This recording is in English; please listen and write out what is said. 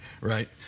right